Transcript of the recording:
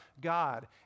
God